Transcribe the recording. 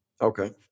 okay